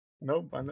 Nope